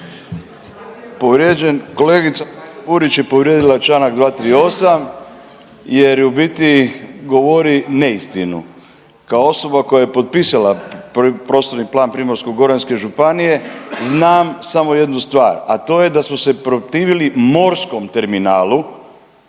kolegica Burić je povrijedila članak 238. jer u biti govori neistinu. Kao osoba koja je potpisala prostorni plan Primorsko-goranske županije znam samo jednu stvar, a to je da smo se protivili morskom terminalu